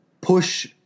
Push –